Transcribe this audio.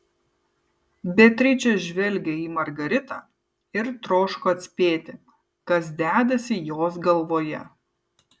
beatričė žvelgė į margaritą ir troško atspėti kas dedasi jos galvoje